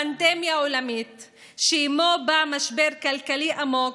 פנדמיה עולמית, שעימו בא משבר כלכלי עמוק,